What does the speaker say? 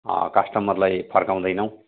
कस्टमरलाई फर्काउँदैनौँ